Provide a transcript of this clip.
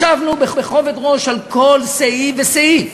ישבנו בכובד ראש על כל סעיף וסעיף.